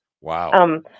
wow